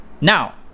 now